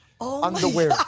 underwear